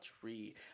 tree